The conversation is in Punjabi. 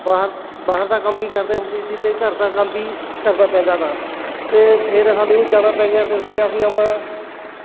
ਬਾਹਰ ਬਾਹਰ ਦਾ ਕੰਮ ਵੀ ਕਰਦੇ ਹੁੰਦੇ ਸੀ ਅਤੇ ਘਰ ਦਾ ਕੰਮ ਵੀ ਕਰਨਾ ਪੈਂਦਾ ਤਾ ਅਤੇ ਫਿਰ ਸਾਨੂੰ ਜਾਣਾ ਪੈ ਗਿਆ ਅਤੇ ਉੱਥੇ ਅਸੀਂ ਆਪਣਾ